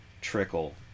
trickle